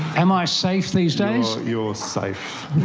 am i safe these days? you're safe.